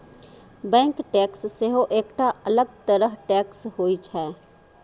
bank tax सेहो एकटा अलग तरह टैक्स होइ छै